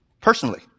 Personally